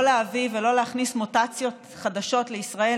להביא ולא להכניס מוטציות חדשות לישראל,